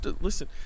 listen